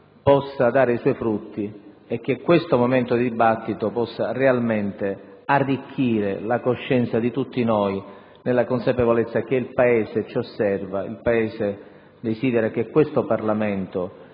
possa dare i suoi frutti e che questo momento di dibattito possa realmente arricchire la coscienza di tutti noi, nella consapevolezza che il Paese ci osserva e desidera che questo Parlamento